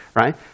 right